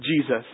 Jesus